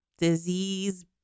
disease